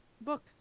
Book